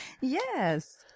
Yes